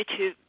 YouTube